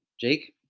Jake